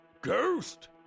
ghost